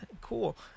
cool